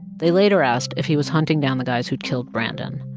they later asked if he was hunting down the guys who'd killed brandon.